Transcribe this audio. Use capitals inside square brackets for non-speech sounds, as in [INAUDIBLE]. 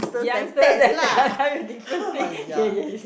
youngster then [LAUGHS] different thing ya ya ya